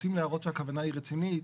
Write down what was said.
רוצים להראות שהכוונה היא רצינית.